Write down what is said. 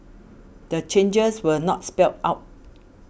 the changes were not spelled out